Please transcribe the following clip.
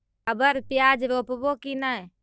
अबर प्याज रोप्बो की नय?